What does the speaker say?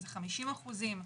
50%?